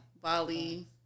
bali